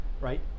right